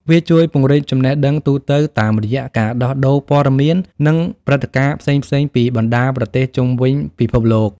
វាជួយពង្រីកចំណេះដឹងទូទៅតាមរយៈការដោះដូរព័ត៌មាន និងព្រឹត្តិការណ៍ផ្សេងៗពីបណ្ដាប្រទេសជុំវិញពិភពលោក។